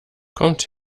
kommt